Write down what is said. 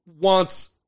wants